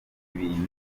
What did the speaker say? ibintu